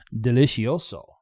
delicioso